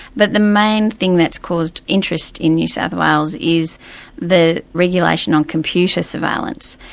but the main thing that's caused interest in new south wales is the regulation on computer surveillance,